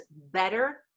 better